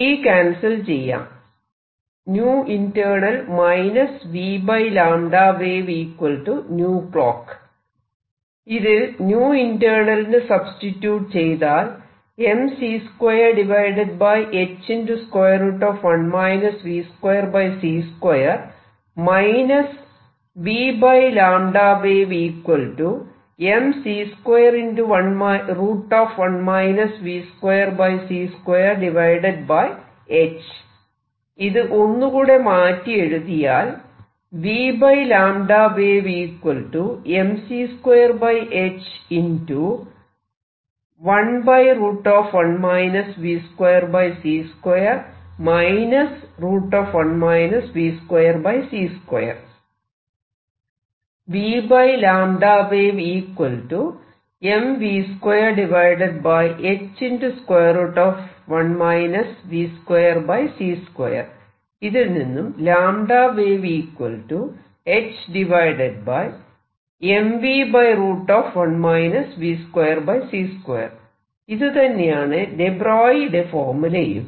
t cancel ചെയ്യാം ഇതിൽ internal നു സബ്സ്റ്റിട്യൂട് ചെയ്താൽ ഇത് ഒന്നുകൂടെ മാറ്റി എഴുതിയാൽ ഇതിൽ നിന്നും ഇതുതന്നെയാണ് ദെ ബ്രോയിയുടെ ഫോർമുലയും